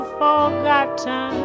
forgotten